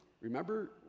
remember